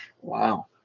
Wow